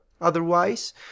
otherwise